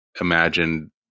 imagine